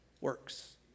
works